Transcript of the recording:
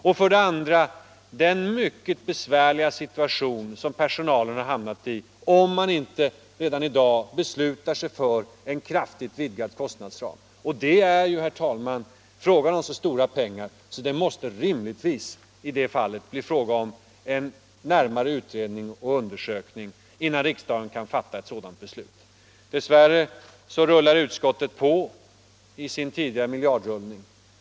En annan anledning är den mycket besvärliga situation som personalen hamnar i, om man inte redan i dag beslutar sig för en kraftigt vidgad kostnadsram. Det är, herr talman, i så fall fråga om så stora pengar att det rimligtvis måste göras en närmare utredning och undersökning innan riksdagen kan fatta ett sådant beslut. Men tyvärr fortsätter utskottet med sin tidigare miljardrullning.